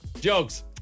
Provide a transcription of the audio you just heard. Jokes